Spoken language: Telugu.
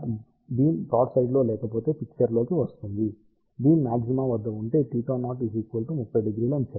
cosθ0 బీమ్ బ్రాడ్సైడ్లో లేకపోతే పిక్చర్ లోకి వస్తుంది బీమ్ మాగ్జిమా వద్ద ఉంటే θ0 300 అని చెప్పండి